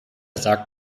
sagt